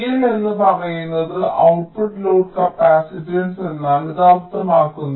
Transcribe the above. CL എന്ന് പറയുന്ന output load capacitance എന്നാണ് ഇത് അർത്ഥമാക്കുന്നത്